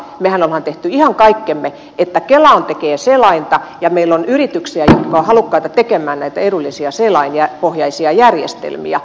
mehän olemme tehneet ihan kaikkemme että kela tekee selainta ja meillä on yrityksiä jotka ovat halukkaita tekemään näitä edullisia selainpohjaisia järjestelmiä